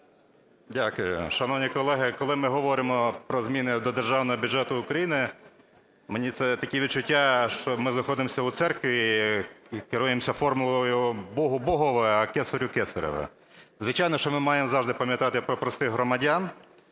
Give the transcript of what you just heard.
Дякую. Шановні колеги, коли ми говоримо про зміни до Державного бюджету України, мені це таке відчуття, що ми знаходимося у церкві і керуємося формулою "Богу Богово, а кесарю кесарево". Звичайно, що ми маємо завжди пам'ятати про простих громадян.